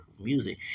music